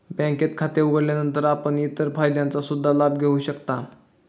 बँकेत खाते उघडल्यानंतर आपण इतर फायद्यांचा सुद्धा लाभ घेऊ शकता